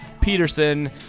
Peterson